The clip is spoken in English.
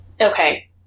Okay